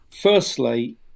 firstly